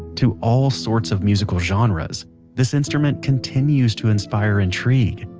to all sorts of musical genres this instrument continues to inspire intrigue.